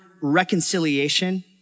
reconciliation